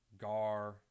gar